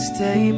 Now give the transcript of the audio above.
Stay